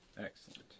Excellent